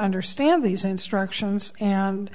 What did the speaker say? understand these instructions and